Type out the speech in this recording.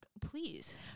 Please